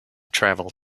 travel